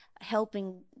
helping